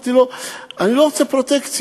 אמרתי לו: אני לא רוצה פרוטקציות.